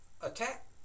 attack